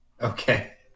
Okay